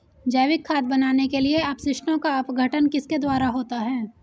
जैविक खाद बनाने के लिए अपशिष्टों का अपघटन किसके द्वारा होता है?